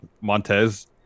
Montez